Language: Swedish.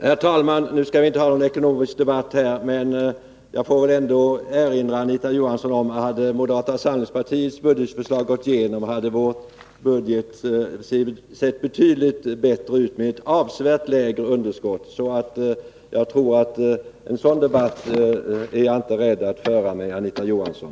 Herr talman! Vi skall inte föra någon ekonomisk debatt nu, men jag vill ändå erinra Anita Johansson om, att hade moderata samlingspartiets budgetförslag gått igenom, så skulle vår budget ha sett betydligt bättre ut, med ett avsevärt lägre underskott. En debatt om detta är jag inte rädd att föra med Anita Johansson.